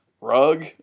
rug